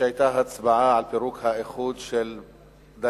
כשהיתה הצבעה על פירוק האיחוד של דאלית-אל-כרמל,